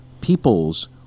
peoples